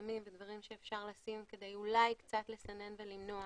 וחסמים ודברים שאפשר לשים כדי אולי קצת לסנן ולמנוע.